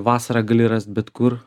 vasarą gali rast bet kur